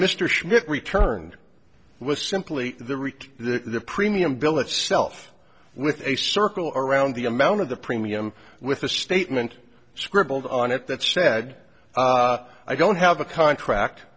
mr schmidt returned was simply the rick the premium bill itself with a circle around the amount of the premium with a statement scribbled on it that said i don't have a contract